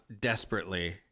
desperately